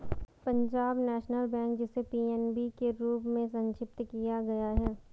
Punjab national bank, जिसे PNB के रूप में संक्षिप्त किया गया है